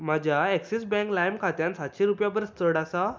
म्हज्या Axis bank लाइम खात्यांत सातशे रुपया परस चड आसा